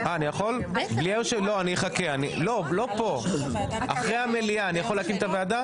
לא פה, אחרי המליאה אני יכול להקים את הוועדה?